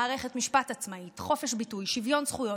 מערכת משפט עצמאית, חופש ביטוי, שוויון זכויות.